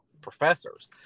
professors